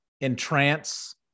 entrance